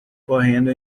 correndo